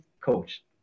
coach